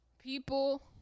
people